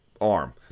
arm